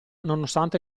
nonostante